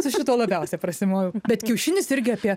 su šituo labiausiai prasimoviau bet kiaušinis irgi apie